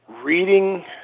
reading